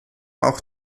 auch